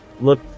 look